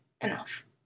enough